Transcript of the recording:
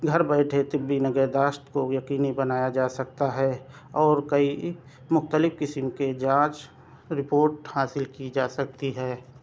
گھر بیٹھے طبی نگہداشت کو یقینی بنایا جا سکتا ہے اور کئی مختلف قسم کے جانچ رپورٹ حاصل کی جا سکتی ہے